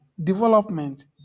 development